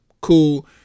cool